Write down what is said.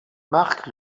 marque